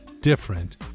different